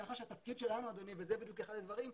ככה שהתפקיד שלנו, אדוני, וזה בדיוק אחד הדברים,